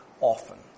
often